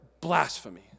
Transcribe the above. blasphemy